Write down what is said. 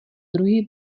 druhý